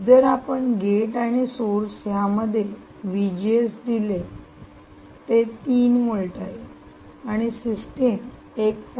जर आपण गेट आणि सोर्स या मध्ये दिले ते 3 व्होल्ट आहेआणि सिस्टीम 1